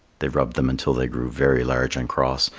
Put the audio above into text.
they rubbed them until they grew very large and cross,